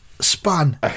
span